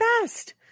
best